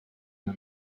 una